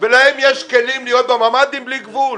ולהם יש כלים להיות בממ"דים בלי סוף?